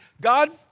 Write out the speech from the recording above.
God